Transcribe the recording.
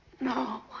No